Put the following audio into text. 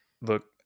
Look